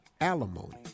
alimony